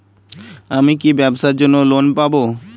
আমি কি ব্যবসার জন্য লোন পাব?